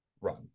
run